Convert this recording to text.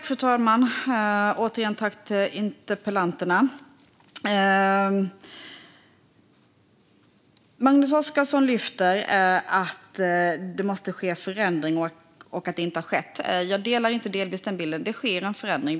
Fru talman! Jag vill återigen tacka interpellanterna. Magnus Oscarsson lyfter upp att det måste ske en förändring och att en sådan inte har skett ännu. Jag håller inte med. Det sker en förändring.